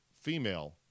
female